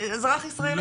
אזרח ישראלי.